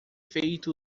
feito